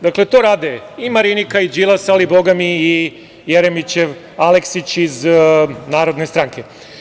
Dakle, to rade i Marinika i Đilas, a Boga mi Jeremić, Aleksić iz Narodne stranke.